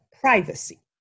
privacy